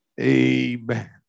Amen